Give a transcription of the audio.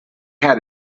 had